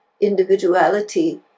individuality